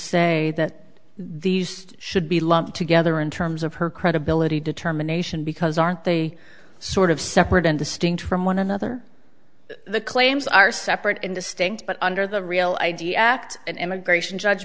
say that these should be lumped together in terms of her credibility determination because aren't they sort of separate and distinct from one another the claims are separate and distinct but under the real i d act an immigration judge